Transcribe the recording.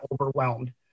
overwhelmed